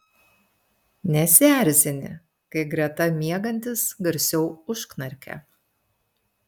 nesierzini kai greta miegantis garsiau užknarkia